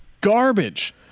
garbage